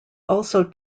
also